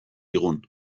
digun